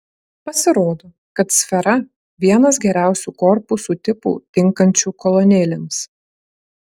pasirodo kad sfera vienas geriausių korpusų tipų tinkančių kolonėlėms